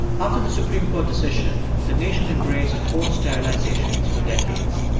after the supreme court decision, the nation embraced forced sterilizations for decades.